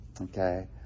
Okay